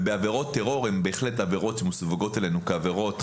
ובעבירות טרור הן בהחלט עבירות שמסווגות אלינו כעבירות חמורות.